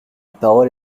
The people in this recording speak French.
parole